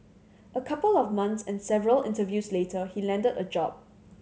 a couple of months and several interviews later he landed a job